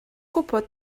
gwybod